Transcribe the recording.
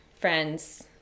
friends